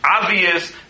obvious